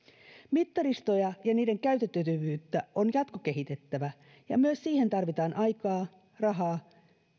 mittaristoja ja niiden käytettävyyttä on jatkokehitettävä ja myös siihen tarvitaan aikaa rahaa